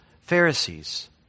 Pharisees